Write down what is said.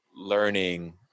learning